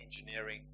engineering